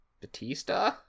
Batista